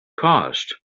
cost